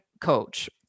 coach